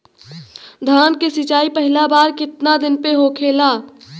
धान के सिचाई पहिला बार कितना दिन पे होखेला?